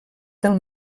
del